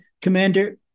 Commander